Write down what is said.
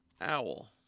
Owl